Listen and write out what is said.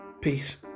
Peace